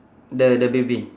the the baby